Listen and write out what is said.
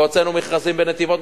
הוצאנו מכרזים בנתיבות,